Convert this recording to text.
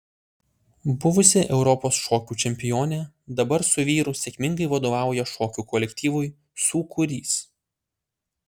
buvusi europos šokių čempionė dabar su vyru sėkmingai vadovauja šokių kolektyvui sūkurys